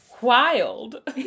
wild